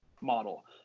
model